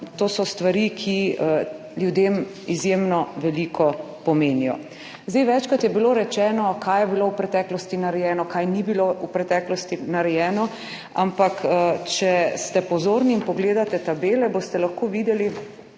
To so stvari, ki ljudem izjemno veliko pomenijo. Večkrat je bilo rečeno kaj je bilo v preteklosti narejeno, kaj ni bilo v preteklosti narejeno. Ampak če ste pozorni in pogledate tabele, boste lahko videli,